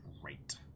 Great